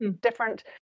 different